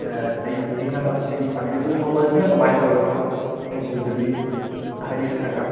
ꯑꯩ ꯄꯨꯈꯤꯅꯕ ꯁꯦꯝꯕꯤ ꯁꯥꯕꯤꯌꯨ ꯑꯗꯨꯒ ꯃꯃꯜꯁꯤꯅ ꯀꯃꯥꯏ ꯇꯧꯕꯅꯣ ꯃꯈꯣꯏꯁꯤꯡꯗꯨꯒꯤ ꯍꯥꯏꯕꯤꯔꯛꯀꯗ꯭ꯔꯥ